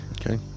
okay